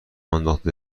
انداخته